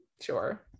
sure